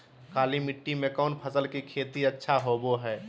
काली मिट्टी में कौन फसल के खेती अच्छा होबो है?